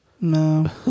no